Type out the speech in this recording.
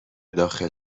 داخل